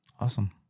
Awesome